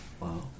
Wow